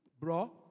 bro